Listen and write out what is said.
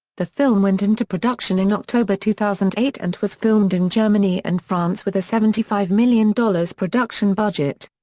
the film went into production in october two thousand and eight and was filmed in germany and france with a seventy five million dollars production budget.